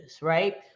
right